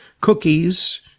cookies